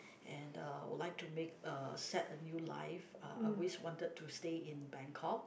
and uh would like to make uh set a new life uh I always wanted to stay in Bangkok